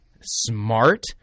smart